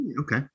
Okay